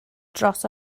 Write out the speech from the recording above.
dros